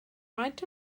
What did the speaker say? faint